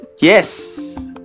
yes